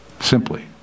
simply